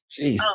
Jeez